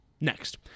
next